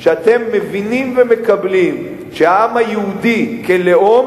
שאתם מבינים ומקבלים שהעם היהודי הוא לאום,